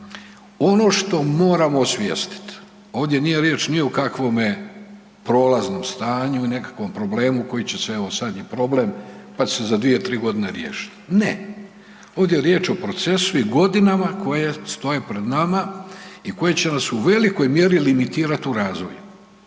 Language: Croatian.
Ono što moramo osvijestit, ovdje nije riječ ni o kakvome prolaznom stanju i nekakvom problemu koji će se evo sad je problem, pa će se za 2-3.g. riješit, ne, ovdje je riječ o procesu i godinama koje stoje pred nama i koje će nas u velikoj mjeri limitirat u razvoju.